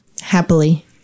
Happily